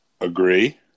Agree